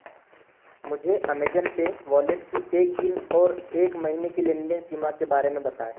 मुझे Amazon pay wallet की एक दिन और एक महीने की लेन देन सीमा के बारे में बताएँ